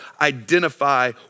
identify